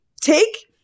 take